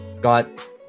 got